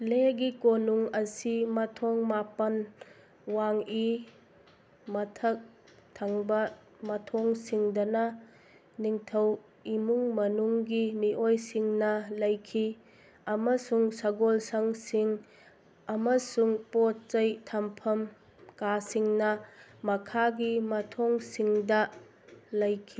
ꯂꯦꯒꯤ ꯀꯣꯅꯨꯡ ꯑꯁꯤ ꯃꯊꯣꯜ ꯃꯥꯄꯜ ꯋꯥꯡꯏ ꯃꯊꯛ ꯊꯪꯕ ꯃꯊꯣꯜꯁꯤꯡꯗꯅ ꯅꯤꯡꯊꯧ ꯏꯃꯨꯡ ꯃꯅꯨꯡꯒꯤ ꯃꯤꯑꯣꯏꯁꯤꯡꯅ ꯂꯩꯈꯤ ꯑꯃꯁꯨꯡ ꯁꯒꯣꯜ ꯁꯪꯁꯤꯡ ꯑꯃꯁꯨꯡ ꯄꯣꯠ ꯆꯩ ꯊꯝꯐꯝ ꯀꯥꯁꯤꯡꯅ ꯃꯈꯥꯒꯤ ꯃꯊꯣꯜꯁꯤꯡꯗ ꯂꯩꯈꯤ